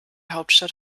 hauptstadt